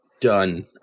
done